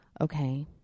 Okay